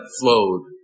flowed